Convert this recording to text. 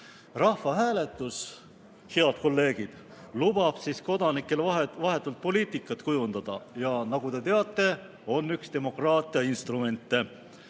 Rahvahääletus, head kolleegid, lubab kodanikel vahetult poliitikat kujundada, ja nagu te teate, on üks demokraatia instrumente.